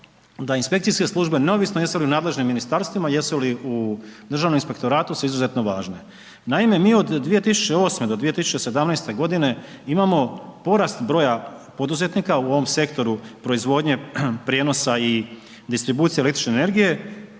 da inspekcijske službe neovisno jesu li nadležni ministarstvima, jesu li u Državnom inspektoratu su izuzetno važno. Naime mi od 2008. do 2017. g. imamo porast broja poduzetnika u ovom sektoru, proizvodnje, prijenosa i distribucija električne energije